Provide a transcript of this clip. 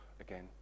again